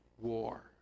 war